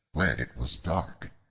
when it was dark,